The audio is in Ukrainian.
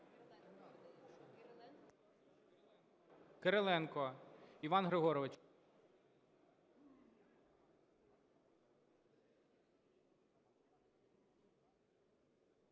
Кириленко Іван Григорович.